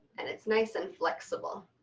and it's nice and flexible.